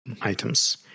items